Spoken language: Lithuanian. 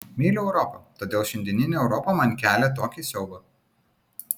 myliu europą todėl šiandieninė europa man kelia tokį siaubą